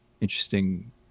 interesting